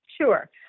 Sure